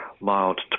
mild